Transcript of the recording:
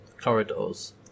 corridors